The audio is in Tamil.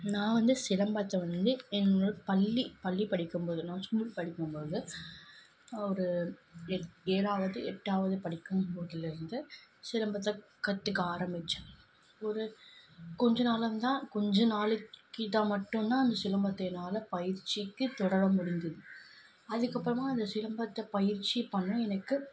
நான் வந்து சிலம்பாட்டம் வந்து என்னோடய பள்ளி பள்ளி படிக்கும்போது நான் ஸ்கூல் படிக்கும்போது ஒரு எட் ஏழாவது எட்டாவது படிக்கும்போதுலிருந்து சிலம்பத்தை கற்றுக்க ஆரம்பித்தேன் ஒரு கொஞ்சம் நாளாகதான் கொஞ்சம் நாளைக்கு கிட்டே மட்டும்தான் அந்த சிலம்பத்தை என்னால் பயிற்சிக்கு தொடர முடிஞ்சுது அதுக்கப்புறமா அந்த சிலம்பத்தை பயிற்சி பண்ண எனக்கு